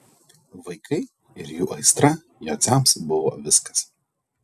vaikai ir jų aistra jociams buvo viskas